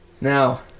Now